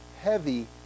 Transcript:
heavy